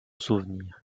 souvenir